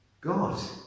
God